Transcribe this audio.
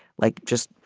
like just.